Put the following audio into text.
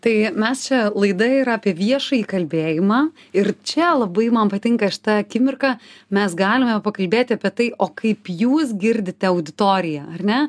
tai mes čia laida yra apie viešąjį kalbėjimą ir čia labai man patinka šita akimirka mes galime pakalbėti apie tai o kaip jūs girdite auditoriją ar ne